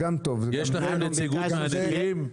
יש שם נציגות לנכים?